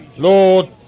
Lord